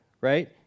Right